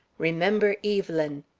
remember evelyn!